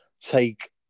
take